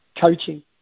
coaching